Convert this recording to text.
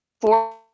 four